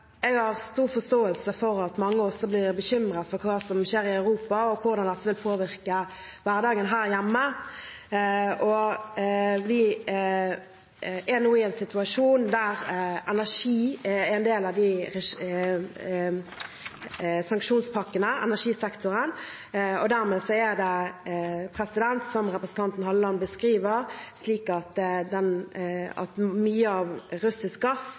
Jeg har stor forståelse for at mange også blir bekymret for hva som skjer i Europa, og hvordan dette vil påvirke hverdagen her hjemme. Vi er nå i en situasjon der energi, energisektoren, er en del av sanksjonspakkene. Det er, som representanten Halleland beskriver, slik at mye av russisk gass